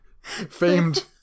famed